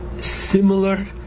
similar